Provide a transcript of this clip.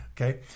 okay